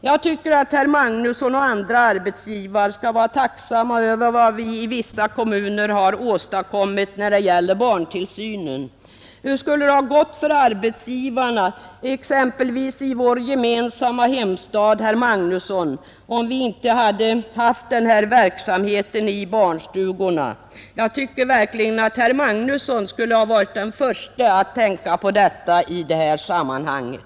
Jag tycker att herr Magnusson och andra arbetsgivare skall vara tacksamma för vad vi i vissa kommuner åstadkommit när det gäller barntillsynen. Hur skulle det gått för arbetsgivarna exempelvis i vår gemensamma hemstad, herr Magnusson, om vi inte hade haft verksamheten i våra barnstugor? Herr Magnusson borde ha varit den förste att tänka på detta i det här sammanhanget.